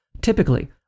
Typically